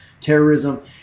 terrorism